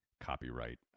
copyright